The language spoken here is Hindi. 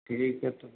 ठीक है तो फिर